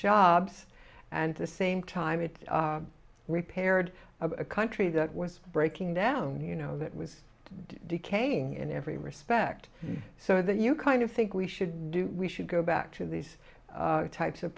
jobs and the same time it repaired a country that was breaking down you know it was decaying in every respect so that you kind of think we should we should go back to these types of